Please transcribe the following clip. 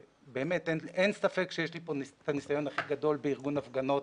ואין ספק שיש לי פה את הניסיון הכי גדול בארגון הפגנות